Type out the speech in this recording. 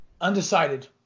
undecided